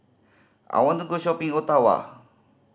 I want to go shopping Ottawa